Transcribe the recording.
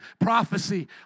prophecy